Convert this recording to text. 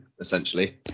essentially